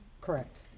Correct